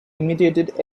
imitated